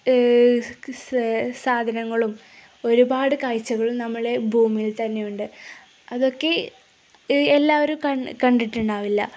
സാധനങ്ങളും ഒരുപാട് കാഴ്ചകളും നമ്മളെ ഭൂമിയിൽ തന്നെയുണ്ട് അതൊക്കെ എല്ലാവരും കണ്ടിട്ടുണ്ടാവില്ല